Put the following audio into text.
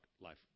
life